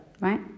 right